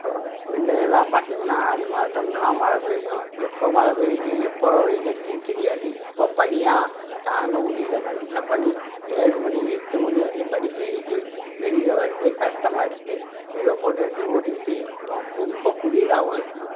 முன்னயெல்லாம் பார்த்திங்கனா ஆடி மாதம்லாம் மழை பெய்யும் எப்போ மழை பெய்யுது எப்போ வெயில் அடிக்கிறதுனு தெரியாது இப்போ பனியா தாங்க முடியலை நல்ல பனி ஏழு மணி எட்டு மணி வரலியும் பனி பெய்யுது வெளியில் வரதே கஷ்டமாக இருக்குது ஏதோ போட்டடுச்சு ஓட்டிக்கிட்டு இருக்கிறோம் ரொம்ப குளிராகவும் இருக்குது